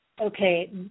okay